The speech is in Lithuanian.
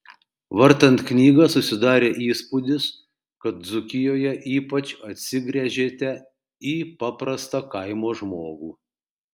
vartant knygą susidarė įspūdis kad dzūkijoje ypač atsigręžėte į paprastą kaimo žmogų